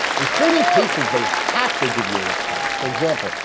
in certain cases, they have to give you a response. for example,